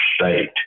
state